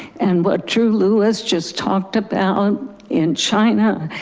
and what true lewis just talked about in china,